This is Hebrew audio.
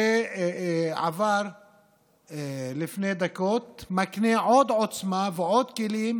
שעבר לפני דקות מקנה עוד עוצמה ועוד כלים